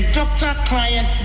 doctor-client